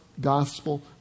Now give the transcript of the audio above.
gospel